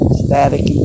static